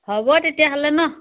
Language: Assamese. হ'ব তেতিয়াহ'লে ন